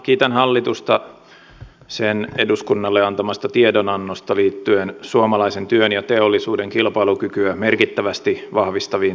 kiitän hallitusta sen eduskunnalle antamasta tiedonannosta liittyen suomalaisen työn ja teollisuuden kilpailukykyä merkittävästi vahvistaviin toimenpiteisiin